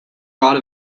rot